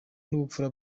n’ubupfura